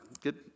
good